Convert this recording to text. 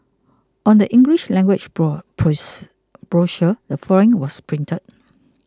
on the English language brochure the following was printed